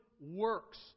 works